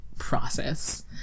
process